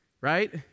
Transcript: right